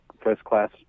first-class